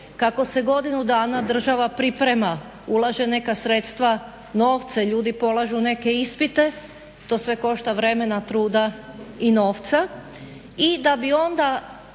kako se godinu dana država priprema, ulaže neka sredstva, novce, ljudi polažu neke ispite, to sve košta vremena, truda i novca